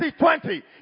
2020